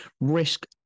risk